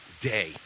day